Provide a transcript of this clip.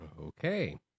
Okay